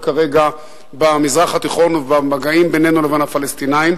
כרגע במזרח התיכון במגעים בינינו ובין הפלסטינים.